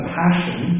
passion